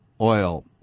oil